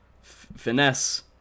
finesse